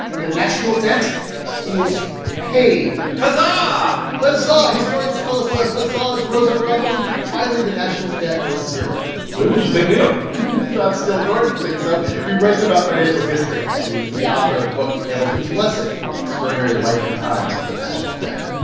the national debt is paid huzzah ah huzzah. historians tell us the huzzahs rose up around the room. finally, the national debt was zero but it was a big deal john steele gordon thinks so. he writes about financial history. and he's the author of the book hamilton's blessing the extraordinary life and times of the national debt.